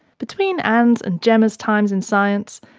between anne's and gemma's times in science,